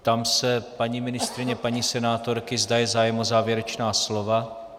Ptám se paní ministryně, paní senátorky, zda je zájem o závěrečná slova.